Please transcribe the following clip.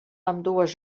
ambdues